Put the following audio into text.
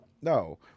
No